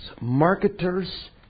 Marketers